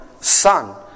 Son